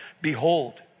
behold